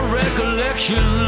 recollection